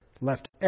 left